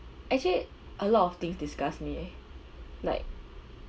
actually a lot of things disgust me eh like